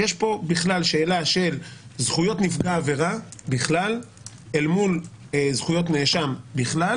יש פה בכלל שאלה של זכויות נפגע עבירה בכלל אל מול זכויות הנאשם בכלל,